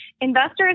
investors